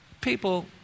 People